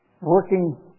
working